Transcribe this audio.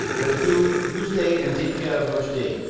but do you stay and take care of her to-day.